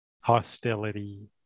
hostility